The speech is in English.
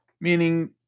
meaning